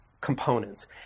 components